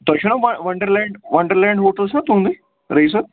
تۄہہِ چھُو نا وَن Wonderland Wonderland hotel چھَنہٕ تُہُنٛدٕے رعیٖس صٲب